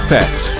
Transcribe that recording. Pets